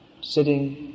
sitting